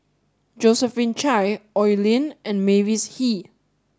Josephine Chia Oi Lin and Mavis Hee